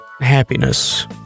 happiness